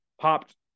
popped